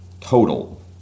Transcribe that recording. total